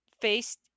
faced